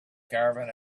caravan